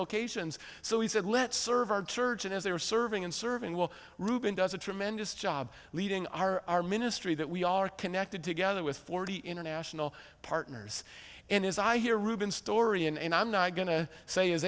locations so we said let's serve our church and as they were serving and serving well ruben does a tremendous job leading our ministry that we are connected together with forty international partners and as i hear reuben story and i'm not going to say is